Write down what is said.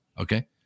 Okay